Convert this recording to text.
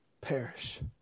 perish